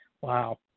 wow